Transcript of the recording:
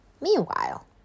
meanwhile